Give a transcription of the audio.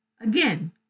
Again